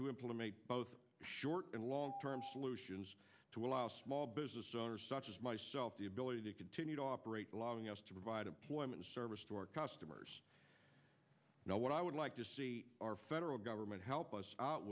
to implement both short and long term solutions to allow small business owners such as myself the ability to continue to operate allowing us to provide employment service to our customers know what i would like to see our federal government help us out